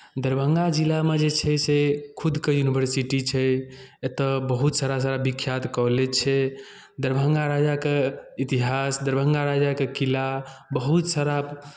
दरभंगा जिला मे जे छै से खुदके यूनिवर्सिटी छै एतय बहुत सारा सारा विख्यात कॉलेज छै दरभंगा राजाके इतिहास दरभंगा राजाके किला बहुत सारा